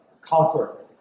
comfort